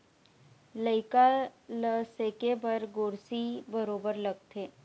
लइका ल सेके बर गोरसी बरोबर लगथे